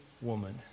woman